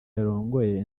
yarongoye